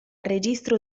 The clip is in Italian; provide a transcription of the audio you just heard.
registro